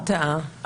הגנה, לא הרתעה.